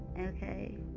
Okay